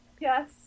Yes